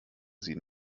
sie